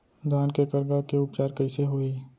धान के करगा के उपचार कइसे होही?